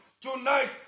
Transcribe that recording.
Tonight